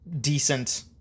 decent